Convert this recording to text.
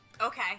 Okay